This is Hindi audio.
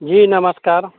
जी नमस्कार